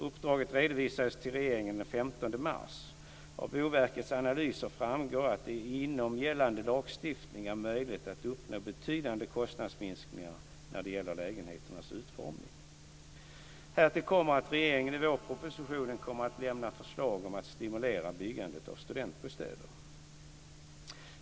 Uppdraget redovisades till regeringen den 15 mars. Av Boverkets analyser framgår att det inom gällande lagstiftning är möjligt att uppnå betydande kostnadsminskningar när det gäller lägenheternas utformning. Härtill kommer att regeringen i vårpropositionen kommer att lämna förslag om att stimulera byggandet av studentbostäder.